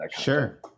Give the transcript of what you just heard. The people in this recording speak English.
Sure